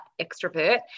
extrovert